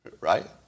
right